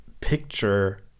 picture